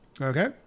Okay